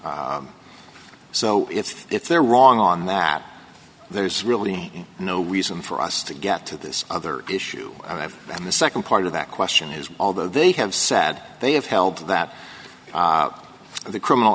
so if they're wrong on that there's really no reason for us to get to this other issue and the nd part of that question is although they have said they have held that the criminal